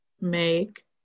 make